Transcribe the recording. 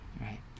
right